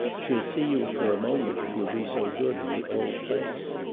she'll see you for a moment, if you'll be so good, in the old place.